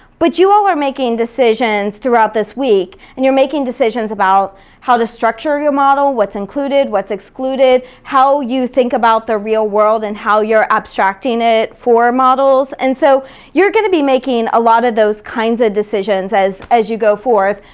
but you all were making decisions throughout this week, and you're making decisions about how to structure your model, what's included, what's excluded, how you think about the real world and how you're abstracting it for models, and so you're gonna making a lot of those kinds of decisions as as you go forth.